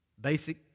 Basic